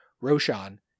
Roshan